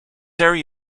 area